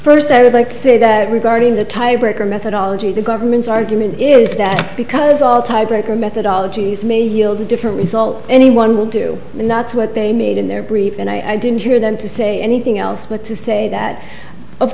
first i would like to say that regarding the tiebreaker methodology the government's argument is that because all tiger methodology is maybe yield a different result any one will do and that's what they made in their brief and i didn't hear them to say anything else but to say that of